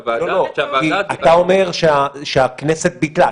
שהוועדה --- אתה אומר שהכנסת ביטלה.